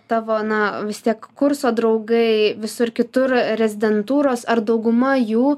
tavo na vis tiek kurso draugai visur kitur rezidentūros ar dauguma jų